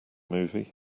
movie